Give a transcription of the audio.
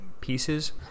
pieces